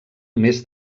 més